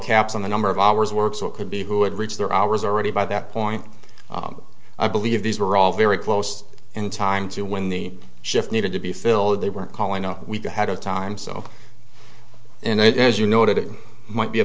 caps on the number of hours worked so it could be who had reached their hours already by that point i believe these were all very close in time to when the shift needed to be filled they were calling a week ahead of time so and as you noted it might be a